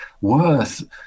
worth